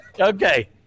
Okay